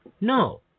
No